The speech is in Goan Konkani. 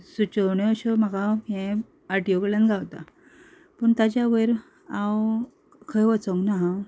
सुचोवण्यो अश्यो म्हाका हें आर टी ओ कडल्यान गावता पूण तेच्या वयर हांव खंय वचोंक ना हा